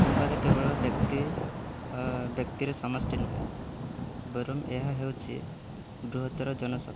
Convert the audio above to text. ସମ୍ବାଦ କେବଳ ବ୍ୟକ୍ତି ବ୍ୟକ୍ତିର ସମଷ୍ଟି ନୁହେଁ ବରଂ ଏହା ହେଉଛି ବୃହତ୍ତର ଜନଶତ